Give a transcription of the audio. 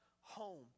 home